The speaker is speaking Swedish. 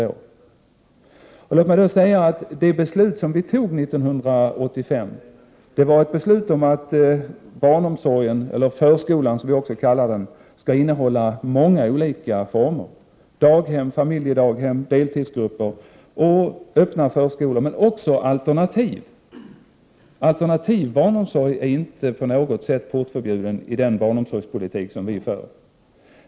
Det beslut som vi fattade 1985 går ut på att barnomsorgen — eller förskolan, som vi också säger — skall innehålla många olika former. Det handlar då om daghem, familjedaghem, deltidsgrupper och öppna förskolor, men också om alternativ. Alternativ barnomsorg är inte på något sätt portförbjuden i den barnomsorgspolitik som vi för.